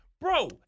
Bro